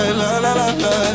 la-la-la-la